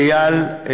לאייל,